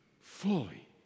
fully